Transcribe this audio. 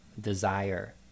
desire